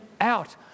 out